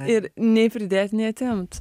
ir nei pridėti nei atimt